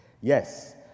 Yes